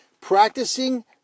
Practicing